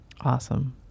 Awesome